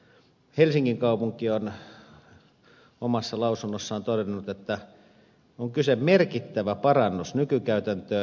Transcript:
helsingin kaupunki on omassa lausunnossaan todennut että on kyse merkittävästä parannuksesta nykykäytäntöön